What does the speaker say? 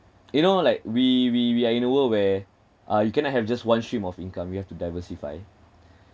you know like we we we are in a world where uh you cannot have just one stream of income you have to diversify